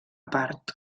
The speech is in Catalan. part